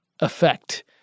effect